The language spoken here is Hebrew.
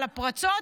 על הפרצות,